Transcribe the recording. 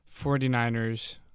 49ers